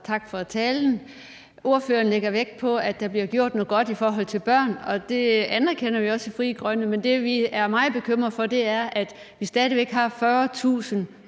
tak for talen. Ordføreren lægger vægt på, at der bliver gjort noget godt i forhold til børn, og det anerkender vi også i Frie Grønne. Men det, vi er meget bekymrede for, er, at vi stadig væk har 40.000